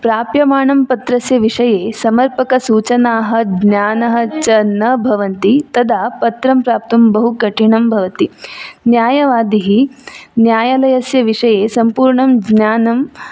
प्राप्यमाणं पत्रस्य विषये समर्पकसूचनाः ज्ञानं च न भवन्ति तदा पत्रं प्राप्तुं बहु कठिनं भवति न्यायवादिः न्यायालयस्य विषये सम्पूर्णं ज्ञानम्